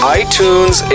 iTunes